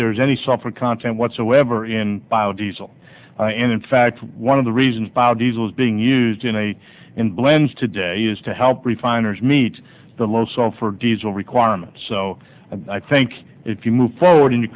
there is any software content whatsoever in bio diesel and in fact one of the reasons bio diesel is being used in a in blends today is to help refiners meet the low sulfur diesel requirements so i think if you move forward and you